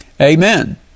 Amen